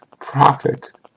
profit